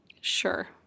sure